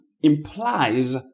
implies